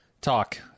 talk